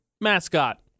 Mascot